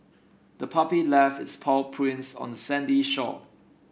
the puppy left its paw prints on the sandy shore